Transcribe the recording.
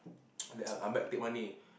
then I'm back take money